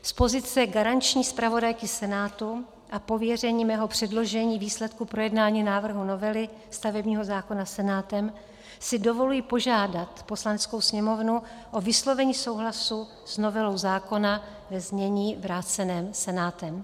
Z pozice garanční zpravodajky Senátu a pověření mého předložení výsledku projednání návrhu novely stavebního zákona Senátem si dovoluji požádat Poslaneckou sněmovnu o vyslovení souhlasu s novelou zákona ve znění vráceném Senátem.